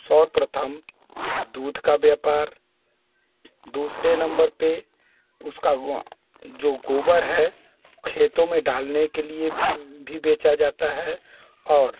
सर्वप्रथम दूध का व्यापार दूसरे नंबर पर उसका जो गोबर है खेतों में डालने के लिए भी बेचा जाता है और